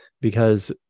Because-